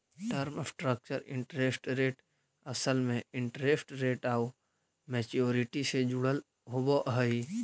term structure interest rate असल में interest rate आउ मैच्योरिटी से जुड़ल होवऽ हई